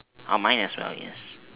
uh mine as well yes